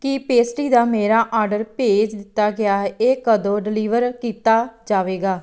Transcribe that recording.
ਕੀ pastry ਦਾ ਮੇਰਾ order ਭੇਜ ਦਿੱਤਾ ਗਿਆ ਹੈ ਇਹ ਕਦੋਂ ਡਿਲੀਵਰ ਕੀਤਾ ਜਾਵੇਗਾ